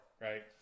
right